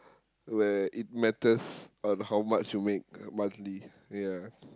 where it matters on how much you make monthly ya